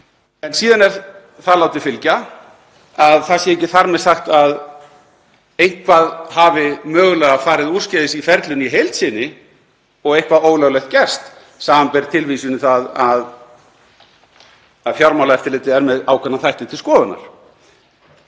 En síðan er það látið fylgja að ekki sé þar með sagt að eitthvað hafi ekki mögulega farið úrskeiðis í ferlinu í heild sinni og eitthvað ólöglegt gerst, samanber tilvísun í það að Fjármálaeftirlitið sé með ákveðna þætti til skoðunar.